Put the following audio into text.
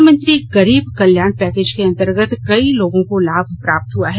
प्रधानमंत्री गरीब कल्याण पैकेज के अंतर्गत कई लोगों को लाभ प्राप्त हुआ है